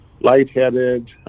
lightheaded